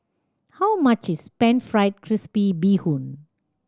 how much is Pan Fried Crispy Bee Hoon